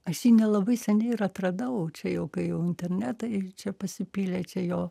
aš jį nelabai seniai ir atradau čia jau kai jau internetą ir čia pasipylė čia jo